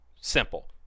simple